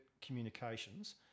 communications